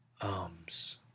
arms